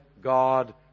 God